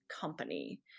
company